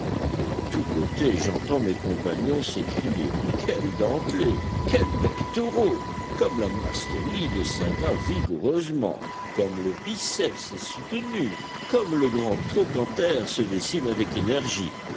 de tous côtés j'entends mes compagnons s'écrier quels dentelés quels pectoraux comme la mastoïde s'agrafe vigoureusement comme le biceps est soutenu comme le grand trochanter se dessine avec énergie